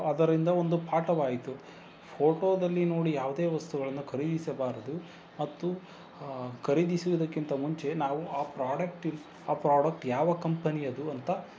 ಅದರಿಂದ ಒಂದು ಪಾಠವಾಯಿತು ಫೋಟೋದಲ್ಲಿ ನೋಡಿ ಯಾವುದೇ ವಸ್ತುಗಳನ್ನು ಖರೀದಿಸಬಾರದು ಮತ್ತು ಖರೀದಿಸುವುದಕ್ಕಿಂತ ಮುಂಚೆ ನಾವು ಆ ಪ್ರಾಡಕ್ಟ್ ಆ ಪ್ರಾಡಕ್ಟ್ ಯಾವ ಕಂಪೆನಿಯದ್ದು ಅಂತ